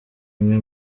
imwe